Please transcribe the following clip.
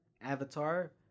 Avatar